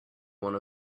one